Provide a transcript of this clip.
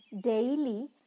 daily